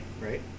right